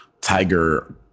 tiger